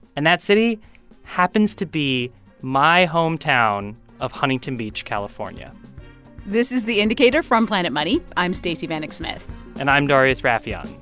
and that city happens to be my hometown of huntington beach, calif ah and this is the indicator from planet money. i'm stacey vanek smith and i'm darius rafieyan.